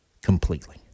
completely